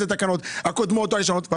התקנות הקודמות או החדשות.